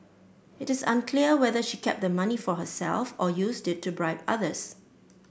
it is unclear whether she kept the money for herself or used it to bribe others